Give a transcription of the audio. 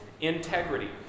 integrity